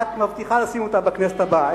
מבטיחה שאת תהיי בכנסת הבאה,